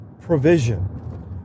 provision